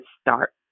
start